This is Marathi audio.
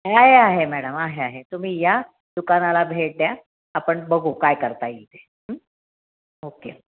ए आहे आहे मॅडम आहे आहे तुम्ही या दुकानाला भेट द्या आपण बघू काय करता येईल ते ओके